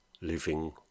living